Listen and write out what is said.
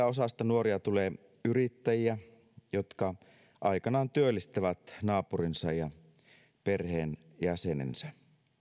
osasta näitä nuoria tulee yrittäjiä jotka aikanaan työllistävät naapurinsa ja perheenjäsenensä